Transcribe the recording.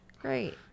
Great